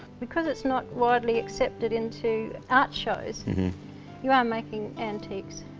because it's not wiedly accepted into art shows you are making antiques,